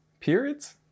Periods